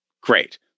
great